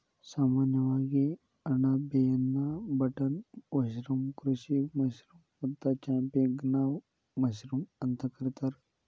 ಸಾಮಾನ್ಯವಾಗಿ ಅಣಬೆಯನ್ನಾ button mushroom, ಕೃಷಿ ಮಶ್ರೂಮ್ ಮತ್ತ ಚಾಂಪಿಗ್ನಾನ್ ಮಶ್ರೂಮ್ ಅಂತ ಕರಿತಾರ